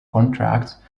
contracts